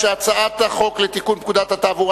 ההצעה להעביר את הצעת חוק לתיקון פקודת התעבורה